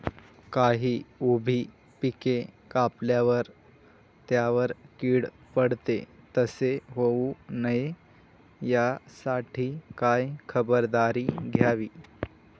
काही उभी पिके कापल्यावर त्यावर कीड पडते, तसे होऊ नये यासाठी काय खबरदारी घ्यावी?